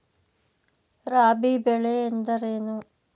ರಾಬಿ ಬೆಳೆ ಎಂದರೇನು?